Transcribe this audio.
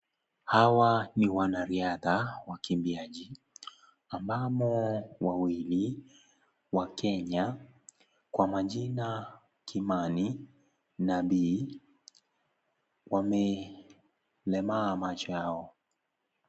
Hawa, ni wanariadha, wakimbiaji, ambamo, wawili, waKenya, kwa majina, Kimani, na Bii, wame, lemaa macho yao.